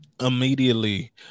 immediately